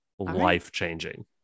life-changing